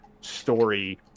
story